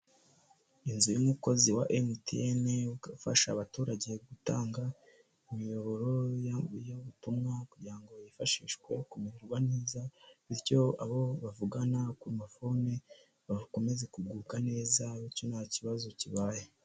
Inzu y'umukozi wa emutiyeni ikaba ifasha abaturage gutanga imiyoboro y'ubutumwa kugira ngo yifashishwe kumererwa neza, bityo abo bavugana ku mafone bakomeze kugubwa neza, bityo nta kibazo kibaye.